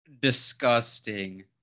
disgusting